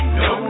no